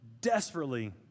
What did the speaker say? desperately